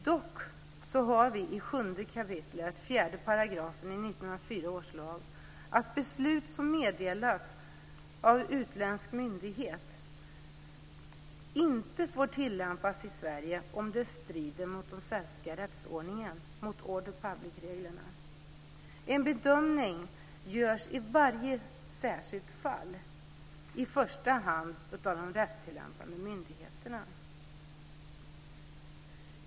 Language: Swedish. Dock följer det av 7 kap. 4 § 1904 års lag att beslut som meddelats av utländsk myndighet inte får tillämpas i Sverige om det strider mot den svenska rättsordningen, mot ordre public-reglerna. En bedömning görs i varje särskilt fall, i första hand av de rättstillämpande myndigheterna.